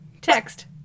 Text